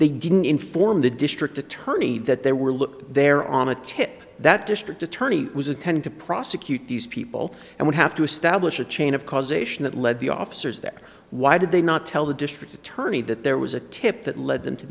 they didn't inform the district attorney that there were look there on a tip that district attorney was attending to prosecute these people and would have to establish a chain of causation that led the officers there why did they not tell the district attorney that there was a tip that led them to